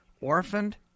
orphaned